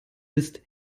isst